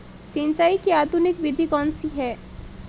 सिंचाई की आधुनिक विधि कौनसी हैं?